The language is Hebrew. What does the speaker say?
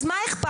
אז מה איכפת?